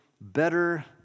better